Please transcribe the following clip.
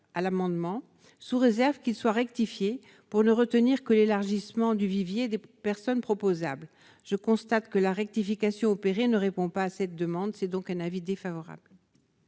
à l'amendement, sous réserve qu'il soit rectifié pour ne retenir que l'élargissement du vivier des personnes proposa je constate que la rectification opérée ne répond pas à cette demande, c'est donc un avis défavorable.